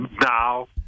now